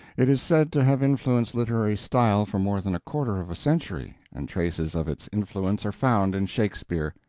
it is said to have influenced literary style for more than a quarter of a century, and traces of its influence are found in shakespeare.